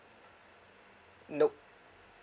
nope